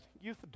youth